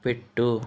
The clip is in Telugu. పెట్టు